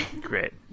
Great